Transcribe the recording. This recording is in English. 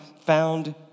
found